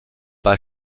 bei